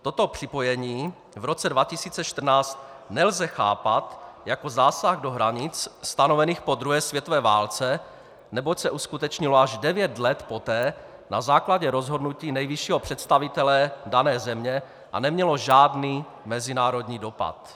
Toto připojení v roce 2014 nelze chápat jako zásah do hranic stanovených po druhé světové válce, neboť se uskutečnilo až devět let poté na základě rozhodnutí nejvyššího představitele dané země a nemělo žádný mezinárodní dopad.